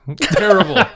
Terrible